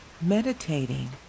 meditating